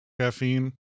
caffeine